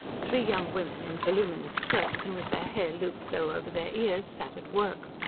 three young women, in voluminous skirts and with their hair looped low over their ears, sat at work.